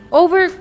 over